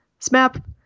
SMAP